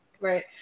Right